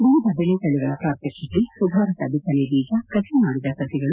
ವಿವಿಧ ಬೆಳೆ ತಳಗಳ ಪ್ರಾತ್ವಕ್ಷಿಕೆ ಸುಧಾರಿತ ಬಿತ್ತನೆ ಬೀಜ ಕು ಮಾಡಿದ ಸಬಗಳು